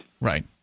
Right